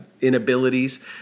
inabilities